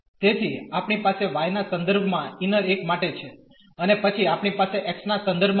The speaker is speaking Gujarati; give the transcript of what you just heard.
તેથી આપણી પાસે y ના સંદર્ભ માં ઇન્નર એક માટે છે અને પછી આપણી પાસે x ના સંદર્ભ માં પણ છે